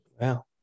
Wow